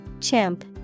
Chimp